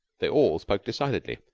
they all spoke decidedly,